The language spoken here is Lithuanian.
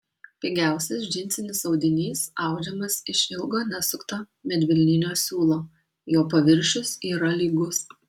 pigiausias džinsinis audinys audžiamas iš ilgo nesukto medvilninio siūlo jo paviršius yra lygus